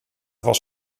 was